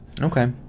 Okay